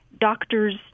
doctors